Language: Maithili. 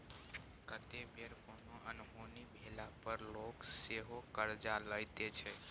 कतेक बेर कोनो अनहोनी भेला पर लोक सेहो करजा लैत छै